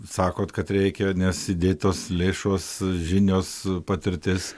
sakot kad reikia nes įdėtos lėšos žinios patirtis